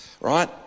right